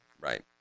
Right